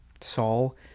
Saul